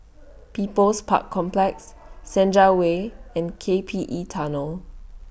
People's Park Complex Senja Way and K P E Tunnel